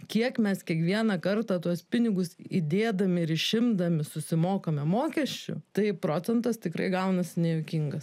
kiek mes kiekvieną kartą tuos pinigus įdėdami ir išimdami susimokame mokesčių tai procentas tikrai gaunasi nejuokingas